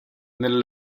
nella